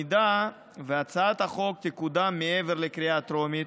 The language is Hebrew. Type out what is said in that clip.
אם הצעת החוק תקודם מעבר לקריאה הטרומית,